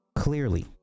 Clearly